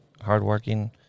hardworking